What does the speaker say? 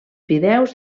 fideus